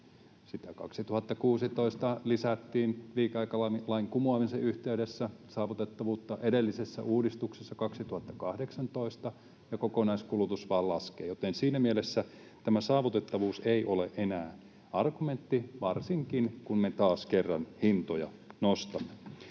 2016 liikeaikalain kumoamisen yhteydessä, edellisessä uudistuksessa 2018, ja kokonaiskulutus vain laskee. Joten siinä mielessä tämä saavutettavuus ei ole enää argumentti — varsinkaan, kun me taas kerran hintoja nostamme.